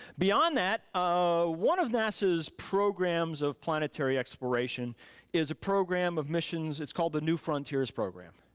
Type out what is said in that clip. beyond that, um one of nasa's programs of planetary exploration is a program of missions, it's called the new frontiers program.